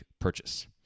purchase